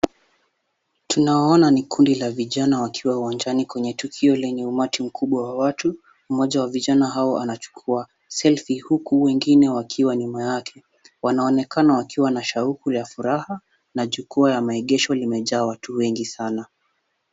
Tunaowaona ni kundi la vijana wakiwa uwanjani kwenye tukio lenye umati mkubwa wa watu. Mmoja wa vijana hao anachukua selfie huku wengine wakiwa nhuma yake. Wanaonekana wakiwa na shauku ya furaha na jukwaa ya maegesho imejaa watu wengi sana.